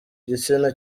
igitsina